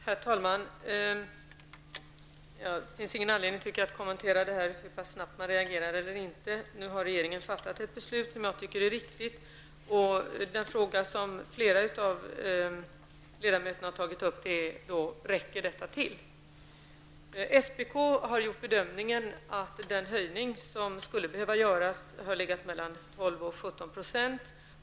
Herr talman! Det finns ingen anledning, tycker jag, att kommentera det som har sagts om hur snabbt vi har reagerat. Nu har regeringen fattat ett beslut som jag tycker är riktigt. Den fråga som flera av ledamöterna har tagit upp är: Räcker då detta? SPK har gjort bedömningen att den höjning som behövde göras låg mellan 12 och 17 %.